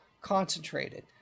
concentrated